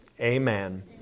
Amen